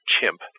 chimp